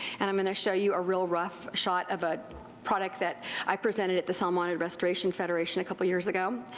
and iim um going to show you a real rough shot of a product that i presented at the salmonid restoration federation a couple of years ago.